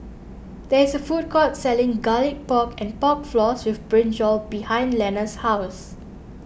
there is a food court selling Garlic Pork and Pork Floss with Brinjal behind Lenna's house